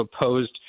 opposed